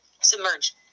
submerge